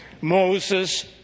Moses